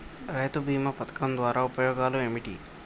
రైతు బీమా పథకం ద్వారా ఉపయోగాలు ఏమిటి?